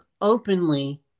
openly